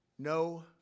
No